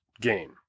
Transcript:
game